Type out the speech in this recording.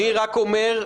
אני רק אומר: